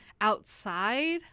outside